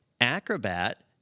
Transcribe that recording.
Acrobat